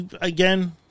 again